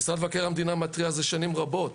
משרד מבקר המדינה מתריע על זה שנים רבות,